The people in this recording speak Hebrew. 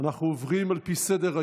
אנחנו עוברים, על פי סדר-היום,